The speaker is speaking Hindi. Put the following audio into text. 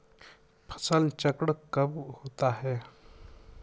फसल चक्रण कब होता है?